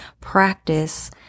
practice